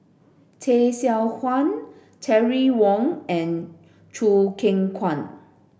Tay Seow Huah Terry Wong and Choo Keng Kwang